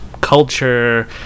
culture